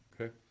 Okay